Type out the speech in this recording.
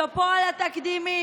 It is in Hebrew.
על כל מכסה הוסיפו אחד.